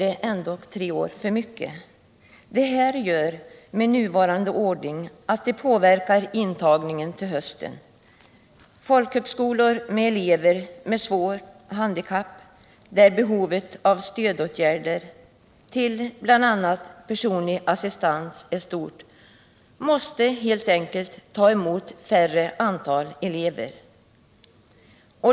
Det är tre år för mycket. Den nuvarande ordningen påverkar intagningen till hösten. Folkhögskolof med elever med svåra handikapp, där behovet av stödåtgärder till bl.a. personlig assistans är stort, måste helt enkelt ta emot färre elever.